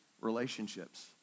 relationships